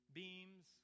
beams